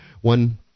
One